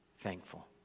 thankful